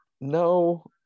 no